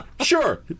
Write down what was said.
sure